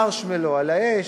מרשמלו, על האש,